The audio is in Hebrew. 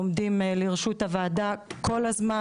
עומדים לרשות הוועדה כל הזמן,